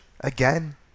again